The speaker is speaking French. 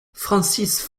francis